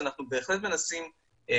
אז אנחנו בהחלט מנסים לפעול.